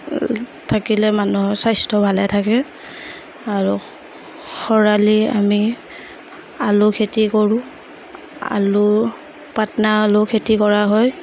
থাকিলে মানুহৰ স্ৱাস্থ্য ভালে থাকে আৰু খৰালি আমি আলু খেতি কৰোঁ আলু পাটনা আলু খেতি কৰা হয়